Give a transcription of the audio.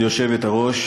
כבוד היושבת-ראש,